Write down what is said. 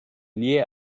lie